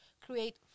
Create